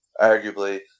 arguably